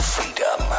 Freedom